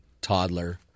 toddler